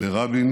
ברבין